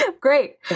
Great